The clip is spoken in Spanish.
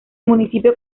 municipio